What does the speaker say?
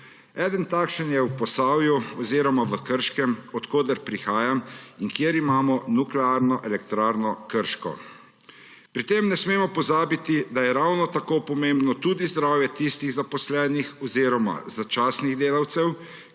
Eden takšnih je v Posavju oziroma v Krškem, od koder prihajam in kjer imamo Nuklearno elektrarno Krško. Pri tem ne smemo pozabiti, da je ravno tako pomembno tudi zdravje tistih zaposlenih oziroma začasnih delavcev,